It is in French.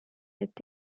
est